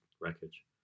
wreckage